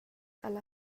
alla